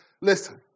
listen